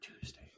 tuesday